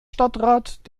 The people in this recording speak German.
stadtrat